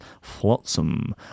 Flotsam